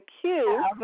queue